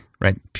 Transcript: right